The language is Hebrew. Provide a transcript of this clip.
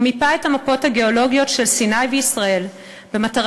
הוא סרטט את המפות הגיאולוגיות של סיני וישראל במטרה